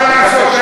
מה לעשות,